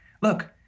look